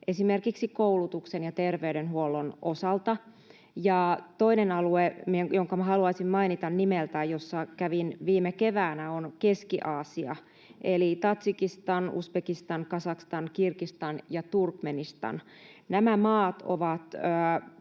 esimerkiksi koulutuksen ja terveydenhuollon osalta. Ja toinen alue, jonka haluaisin mainita nimeltä, jossa kävin viime keväänä, on Keski-Aasia eli Tadžikistan, Uzbekistan, Kazakstan, Kirgistan ja Turkmenistan. Nämä maat ovat